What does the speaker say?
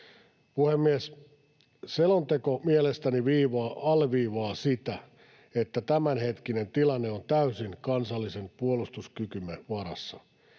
Puhemies! Selonteko mielestäni alleviivaa sitä, että tämänhetkinen tilanne on täysin kansallisen puolustuskykymme varassa.